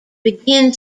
begin